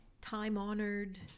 time-honored